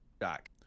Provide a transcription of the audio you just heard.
Jack